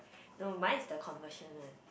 no mine is the conversion one